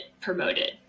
promoted